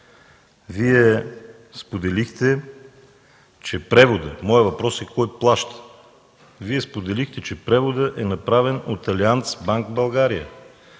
Вие споделихте, че преводът е направен от Алианц Банк България.